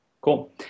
Cool